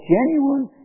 genuine